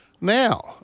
Now